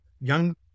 young